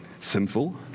sinful